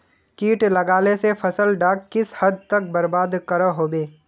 किट लगाले से फसल डाक किस हद तक बर्बाद करो होबे?